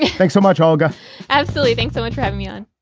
thanks so much, olga absolutely. thanks so much for having me on